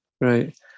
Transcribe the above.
Right